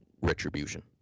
Retribution